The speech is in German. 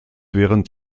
während